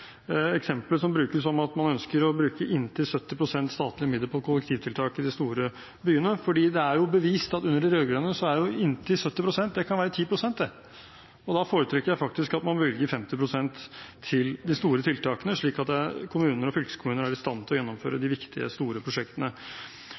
som brukes om at man ønsker å bruke inntil 70 pst. statlige midler på kollektivtiltak i de store byene, for det er jo bevist under de rød-grønne at inntil 70 pst. kan være 10 pst. – og da foretrekker jeg faktisk at man bevilger 50 pst. til de store tiltakene, slik at kommuner og fylkeskommuner er i stand til å gjennomføre de